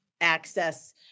access